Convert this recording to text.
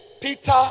Peter